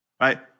right